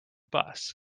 bus